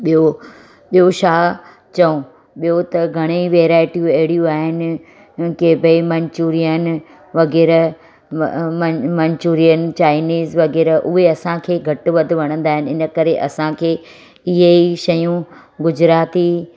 ॿियो ॿियो छा चऊं ॿियो त घणी वैराईटियूं अहिड़ियूं आहिनि की भई मंचूरिअनि वग़ैरह मंचूरिअनि चाइनिज़ वग़ैरह उहे असांखे घटि वधि वणंदा आहिनि इन करे असांखे हीअ ई शयूं गुजराती